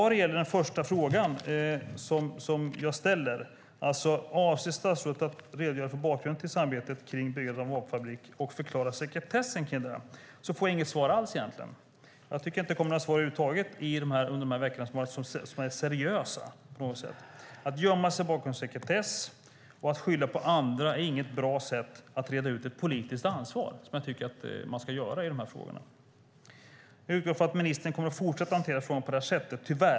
Den första frågan som jag ställer är: Avser statsrådet att redogöra för bakgrunden till samarbetet kring byggandet av en vapenfabrik och förklara sekretessen kring det? Jag får inget svar alls på den. Jag tycker inte att det har kommit några seriösa svar över huvud taget under de veckor som har gått. Att gömma sig bakom sekretess och att skylla på andra är inget bra sätt att reda ut ett politiskt ansvar, och det tycker jag att man ska göra i de här frågorna. Jag utgår ifrån att ministern tyvärr kommer att fortsätta att hantera frågorna på det här sättet.